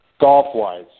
golf-wise